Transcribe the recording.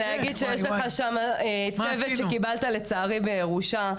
להגיד שיש לך שם צוות שקיבלת לצערי, בירושה?